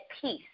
peace